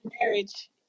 marriage